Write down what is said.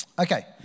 Okay